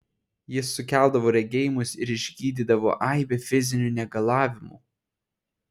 jis sukeldavo regėjimus ir išgydydavo aibę fizinių negalavimų